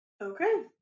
Okay